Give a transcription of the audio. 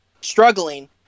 struggling